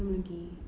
belum lagi